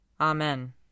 Amen